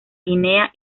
guinea